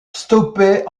stoppé